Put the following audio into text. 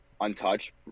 untouched